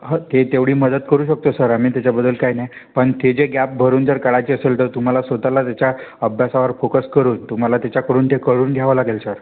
हो ते तेवढी मदत करू शकतो सर आम्ही त्याच्याबद्दल काही नाही पण ते जे गॅप भरून जर काढायची असेल तर तुम्हाला स्वतःला त्याच्या अभ्यासावर फोकस करून तुम्हाला त्याच्याकडून ते करून घ्यावं लागेल सर